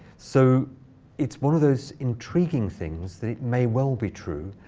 so it's one of those intriguing things that may well be true.